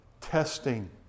testing